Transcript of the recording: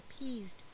appeased